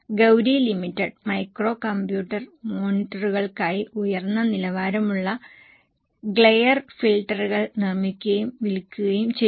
Gauri limited microcomputer മോണിറ്ററുകൾക്കായി ഉയർന്ന നിലവാരമുള്ള ഗ്ലെയർ ഫിൽട്ടറുകൾ നിർമ്മിക്കുകയും വിൽക്കുകയും ചെയ്യുന്നു